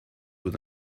with